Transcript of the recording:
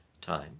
time